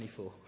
24